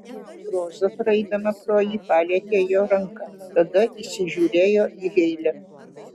roza praeidama pro jį palietė jo ranką tada įsižiūrėjo į heile